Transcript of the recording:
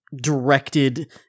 directed